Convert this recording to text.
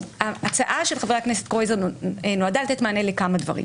ההצעה של חבר הכנסת קרויזר נועדה לתת מענה לכמה דברים.